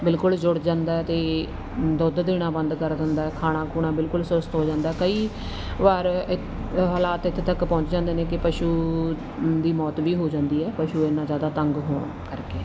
ਬਿਲਕੁਲ ਜੁੜ ਜਾਂਦਾ ਅਤੇ ਦੁੱਧ ਦੇਣਾ ਬੰਦ ਕਰ ਦਿੰਦਾ ਖਾਣਾ ਖੁਣਾ ਬਿਲਕੁਲ ਸੁਸਤ ਹੋ ਜਾਂਦਾ ਕਈ ਵਾਰ ਹਾਲਾਤ ਇੱਥੇ ਤੱਕ ਪਹੁੰਚ ਜਾਂਦੇ ਨੇ ਕਿ ਪਸ਼ੂ ਦੀ ਮੌਤ ਵੀ ਹੋ ਜਾਂਦੀ ਹੈ ਪਸ਼ੂ ਇੰਨਾ ਜ਼ਿਆਦਾ ਤੰਗ ਹੋਣ ਕਰਕੇ